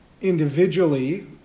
individually